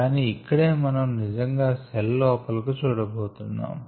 కానీ ఇక్కడే మనము నిజంగా సెల్ లోపల కు చూడబోతున్నాం